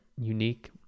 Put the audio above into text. unique